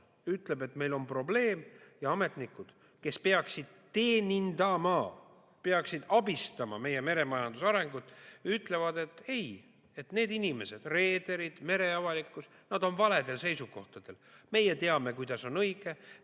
ütleb, et meil on probleem, ja ametnikud, kes peaksid teenindama, peaksid abistama meie meremajanduse arengut, ütlevad, et need inimesed – reederid, mereavalikkus – on valedel seisukohtadel. Meie teame, kuidas on õige,